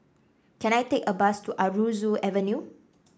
can I take a bus to Aroozoo Avenue